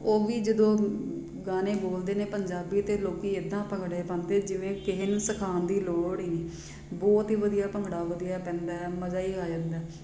ਉਹ ਵੀ ਜਦੋਂ ਗਾਣੇ ਬੋਲਦੇ ਨੇ ਪੰਜਾਬੀ ਤਾਂ ਲੋਕੀ ਇੱਦਾਂ ਭੰਗੜੇ ਪਾਉਂਦੇ ਜਿਵੇਂ ਕਿਸੇ ਨੂੰ ਸਿਖਾਉਣ ਦੀ ਲੋੜ ਹੀ ਨਹੀਂ ਬਹੁਤ ਹੀ ਵਧੀਆ ਭੰਗੜਾ ਵਧੀਆ ਪੈਂਦਾ ਮਜਾ ਹੀ ਆ ਜਾਂਦਾ